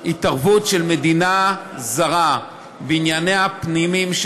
התערבות של מדינה זרה בענייניה הפנימיים של